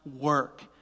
work